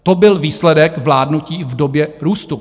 To byl výsledek vládnutí v době růstu.